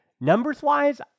Numbers-wise